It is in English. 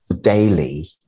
daily